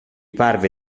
parve